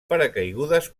paracaigudes